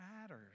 matters